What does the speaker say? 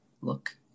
look